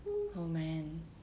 oh man